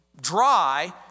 dry